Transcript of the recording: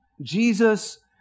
Jesus